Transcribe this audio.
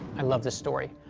i love this story.